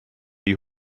die